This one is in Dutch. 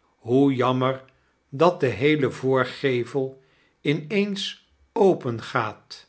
hoe jammer dat de heele voorgevel in eens opengaat